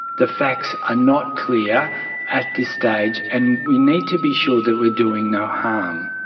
the facts are not clear at this stage, and we need to be sure that we are doing no harm.